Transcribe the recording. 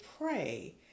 pray